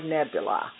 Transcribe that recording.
Nebula